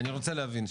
אני רוצה להבין,